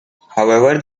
however